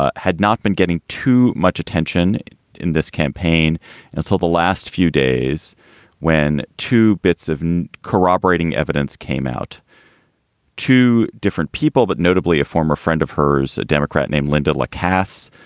ah had not been getting too much attention in this campaign until the last few days when two bits of corroborating evidence came out to different people. but notably, a former friend of hers, a democrat named linda la cass,